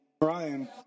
Brian